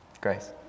Grace